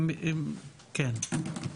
אבחון,